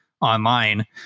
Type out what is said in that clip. online